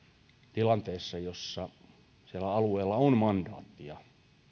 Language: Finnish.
tilanteessa jossa sillä alueella on mandaattia